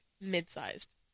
mid-sized